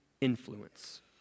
influence